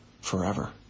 forever